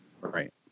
Right